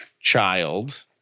child